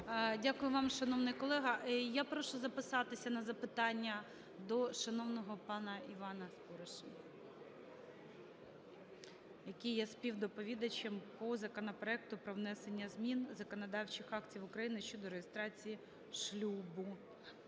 Дякую вам, шановний колего. Я прошу записатися на запитання до шановного пана Івана Спориша, який є співдоповідачем по законопроекту про внесення змін законодавчих актів України щодо реєстрації шлюбу